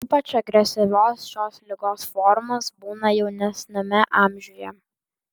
ypač agresyvios šios ligos formos būna jaunesniame amžiuje